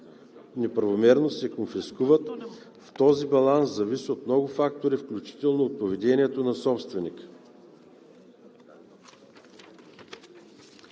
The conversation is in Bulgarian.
неправомерно, се конфискуват, този баланс зависи от много фактори, включително от поведението на собственика.